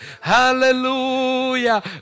Hallelujah